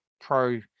pro